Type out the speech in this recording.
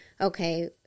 okay